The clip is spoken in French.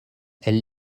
elle